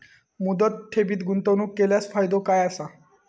मुदत ठेवीत गुंतवणूक केल्यास फायदो काय आसा?